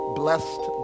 blessed